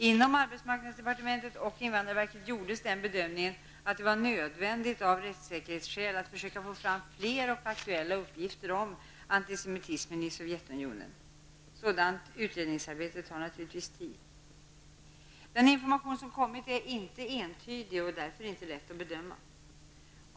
Inom arbetsmarknadsdepartementet och invandrarverket gjordes bedömningen, att det var nödvändigt av rättssäkerhetsskäl att försöka få fram fler och aktuella uppgifter om antisemitismen i Sovjetunionen. Sådant utredningsarbete tar naturligtvis tid. Den information som kommit är inte entydig och därför inte lätt att bedöma.